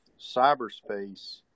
cyberspace